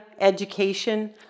education